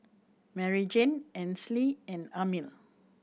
Maryjane Ansley and Amil